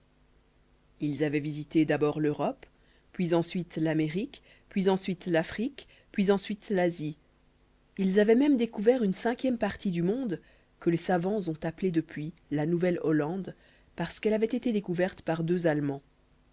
ils avaient visité d'abord l'europe puis ensuite l'amérique puis ensuite l'afrique puis ensuite l'asie ils avaient même découvert une cinquième partie du monde que les savants ont appelée depuis la nouvelle-hollande parce qu'elle avait été découverte par deux allemands